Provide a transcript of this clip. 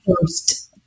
first